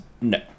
no